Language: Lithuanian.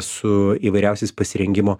su įvairiausiais pasirengimo